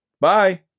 Bye